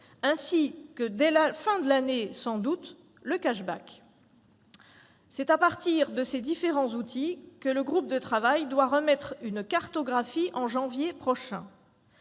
sans doute dès la fin de cette année, le «». C'est à partir de ces différents outils que le groupe de travail doit remettre une cartographie en janvier prochain.